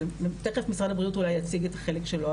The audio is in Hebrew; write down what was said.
תכף משרד הבריאות אולי יציג את החלק שלו,